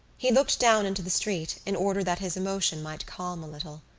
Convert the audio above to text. he looked down into the street in order that his emotion might calm a little.